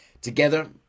Together